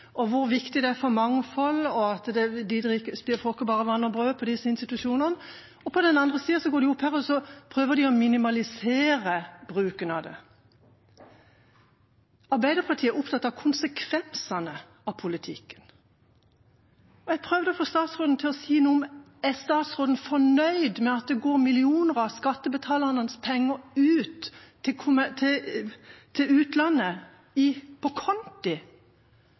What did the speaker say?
hvor viktig det er for mangfold, og at de ikke får bare vann og brød i disse institusjonene. På den andre siden går de opp her og prøver å minimalisere bruken av det. Arbeiderpartiet er opptatt av konsekvensene av politikk. Jeg prøvde å få statsråden til å si om hun er fornøyd med at millioner av skattebetalernes penger går til utlandet, på konti, i stedet for til barn. Jeg spurte statsråden om hun syntes det var greit at de kutter 225 mill. kr gjennom effektiviseringskutt, i